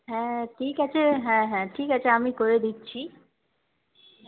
হ্যাঁ ঠিক আছে হ্যাঁ হ্যাঁ ঠিক আছে আমি করে দিচ্ছি